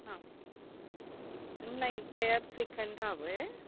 हांं नाही तयार श्रीखंड हवं आहे